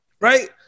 Right